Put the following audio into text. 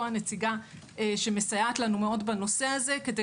הנציגה שמסייעת לנו מאוד בנושא הזה כדי